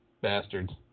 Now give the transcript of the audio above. Bastards